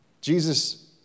Jesus